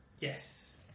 Yes